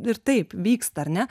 ir taip vyksta ar ne